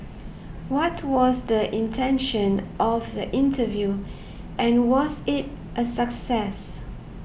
what was the intention of the interview and was it a success